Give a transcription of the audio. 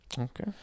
Okay